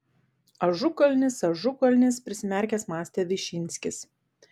ažukalnis ažukalnis prisimerkęs mąstė višinskis